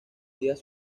días